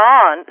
on